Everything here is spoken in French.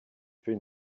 fais